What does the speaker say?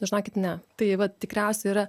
žinokit ne tai va tikriausiai yra